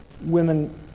women